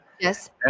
Yes